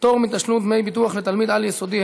פטור מתשלום דמי ביטוח לתלמיד על-יסודי),